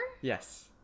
Yes